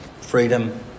freedom